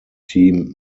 team